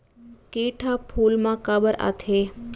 किट ह फूल मा काबर आथे?